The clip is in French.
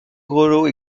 grelots